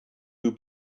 who